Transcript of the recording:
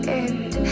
end